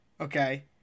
Okay